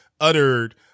uttered